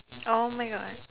!oh-my-God!